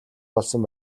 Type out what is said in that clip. болсон